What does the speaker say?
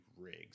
rigs